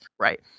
Right